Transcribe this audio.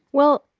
well,